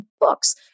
books